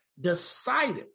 decided